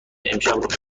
امشب